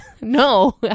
No